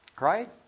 right